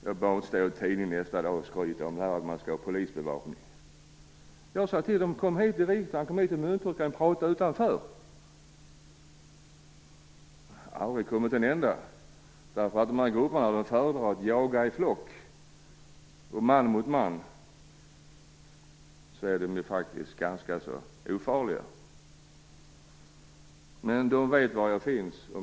Jag behöver inte vara med i tidningen nästa dag och skryta om jag skall ha polisbevakning. Jag har sagt till dem att komma hit till riksdagen eller till Mynttorget så vi kan prata utanför. Men det har aldrig kommit någon. De här grupperna föredrar att jaga i flock. Man mot man är de ganska ofarliga. Men de vet var jag finns.